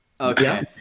Okay